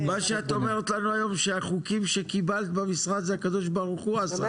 מה שאת אומרת עד היום שהחוקים שקיבלת במשרד זה הקדוש ברוך הוא עשה.